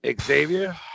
Xavier